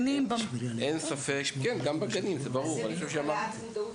זה מה שנקרא "העלאת מודעות",